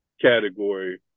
category